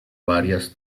varias